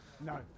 No